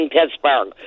Pittsburgh